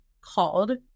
called